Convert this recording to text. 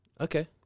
Okay